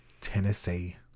Tennessee